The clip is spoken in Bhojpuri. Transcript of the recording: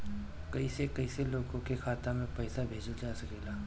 कईसे कईसे दूसरे के खाता में पईसा भेजल जा सकेला?